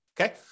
okay